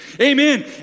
amen